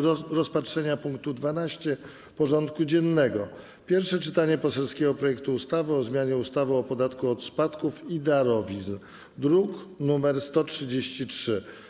do rozpatrzenia punktu 12. porządku dziennego: Pierwsze czytanie poselskiego projektu ustawy o zmianie ustawy o podatku od spadków i darowizn (druk nr 133)